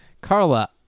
Carla